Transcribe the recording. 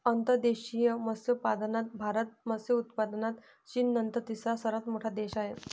अंतर्देशीय मत्स्योत्पादनात भारत मत्स्य उत्पादनात चीननंतर तिसरा सर्वात मोठा देश आहे